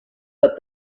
but